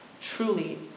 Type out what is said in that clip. truly